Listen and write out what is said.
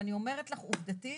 ואני אומרת לך, עובדתית,